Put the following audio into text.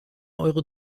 eure